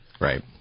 Right